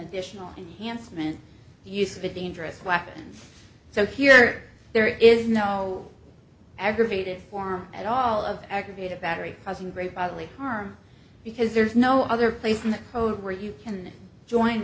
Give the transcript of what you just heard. additional and handsome man use of a dangerous weapon so here there is no aggravated form at all of aggravated battery causing great bodily harm because there is no other place in the code where you can join